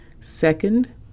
Second